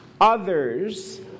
others